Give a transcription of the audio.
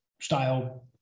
style